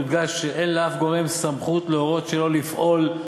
יודגש שאין לאף גורם סמכות להורות שלא לפעול,